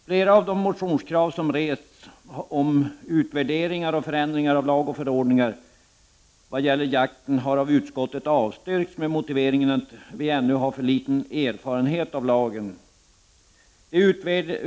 Flera av de motionskrav som rests om utvärderingar och förändringar av lag och förordningar vad gäller jakten har av utskottet avstyrkts med motiveringen att vi ännu har för liten erfarenhet av lagen.